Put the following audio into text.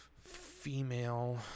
female